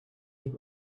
you